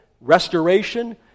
restoration